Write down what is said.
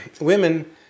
women